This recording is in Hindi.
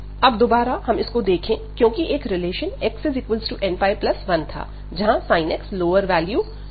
अब दोबारा हम इसको देखें क्योंकि एक रिलेशन xnπ1 था जहां sin x लोअर वैल्यू जैसे nπ ले रहा था